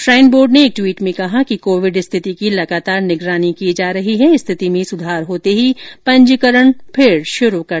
shrine board ने एक tweet में कहा कि कोविड स्थिति की लगातार निगरानी की जा रही है स्थिति में सुधार होते ही पंजीकरण फिर शुरु कर दिया जाएगा